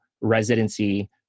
residency